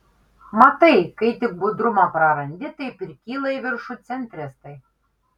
matai kai tik budrumą prarandi taip ir kyla į viršų centristai